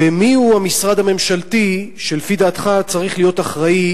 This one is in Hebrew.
ומיהו המשרד הממשלתי שלדעתך צריך להיות אחראי